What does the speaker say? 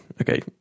okay